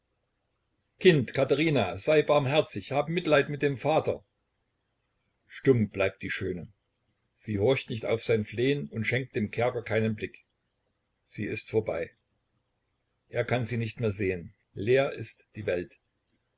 kind katherina sei barmherzig hab mitleid mit dem vater stumm bleibt die schöne sie horcht nicht auf sein flehen und schenkt dem kerker keinen blick sie ist vorbei er kann sie nicht mehr sehen leer ist die welt